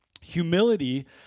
Humility